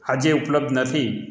આજે ઉપલબ્ધ નથી